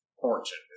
fortune